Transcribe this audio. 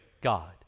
God